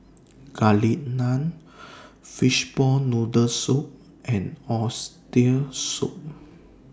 Garlic Naan Fishball Noodle Soup and Oxtail Soup